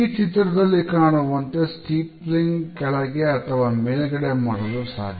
ಈ ಚಿತ್ರದಲ್ಲಿ ಕಾಣುವಂತೆ ಸ್ತಿಫ್ಲಿಂಗ್ ಕೆಳಗೆ ಅಥವಾ ಮೇಲ್ಗಡೆ ಮಾಡಲು ಸಾಧ್ಯ